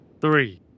three